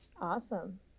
Awesome